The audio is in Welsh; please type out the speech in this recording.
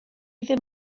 ddim